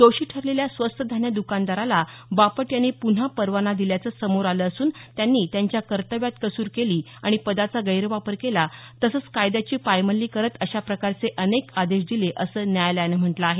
दोषी ठरलेल्या स्वस्त धान्य दुकानदाराला बापट यांनी पुन्हा परवाना दिल्याचं समोर आलं असून त्यांनी त्यांच्या कर्तव्यात कसूर केली आणि पदाचा गैरवापर केला तसंच कायद्याची पायमल्ली करत अशा प्रकारचे अनेक आदेश दिले असं न्यायालयानं म्हटलं आहे